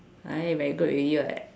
I very good already [what]